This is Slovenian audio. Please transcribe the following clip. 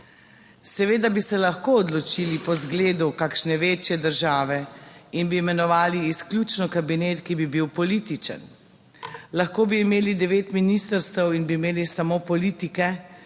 »Seveda bi se lahko odločili po zgledu kakšne večje države in bi imenovali izključno kabinet, ki bi bil političen. Lahko bi imeli devet ministrstev in bi imeli samo politike,